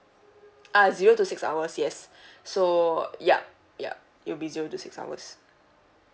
ah zero to six hours yes so yup yup it would be zero to six hours